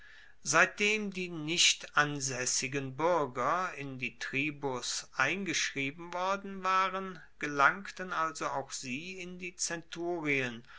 seitdem die nicht ansaessigen buerger in die tribus eingeschrieben worden waren gelangten also auch sie in die zenturien